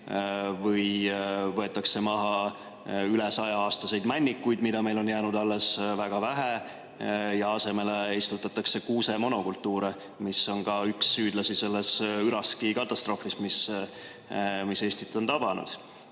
või võetakse maha üle 100‑aastaseid männikuid, mida meil on jäänud alles väga vähe, ja asemele istutatakse kuuse monokultuure, mis on ka üks süüdlasi selles üraskikatastroofis, mis Eestit on tabanud.